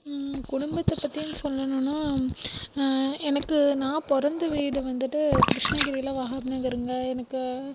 குடும்பத்தை பற்றினு சொல்லும்ன்னா எனக்கு நான் பிறந்த வீடு வந்துட்டு கிருஷ்ணகிரியில் வஹார் நகர்ங்க எனக்கு